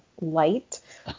light